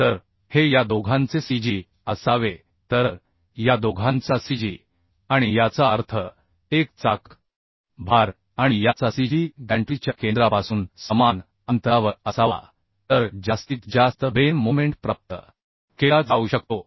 तर हे या दोघांचे cg असावे तर या दोघांचाcg आणि याचा अर्थ एक चाक भार आणि याचा cg गॅन्ट्रीच्या केंद्रापासून समान अंतरावर असावा तर जास्तीत जास्त बेन मोमेंट प्राप्त केला जाऊ शकतो